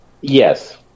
Yes